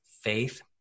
faith